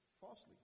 falsely